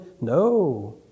No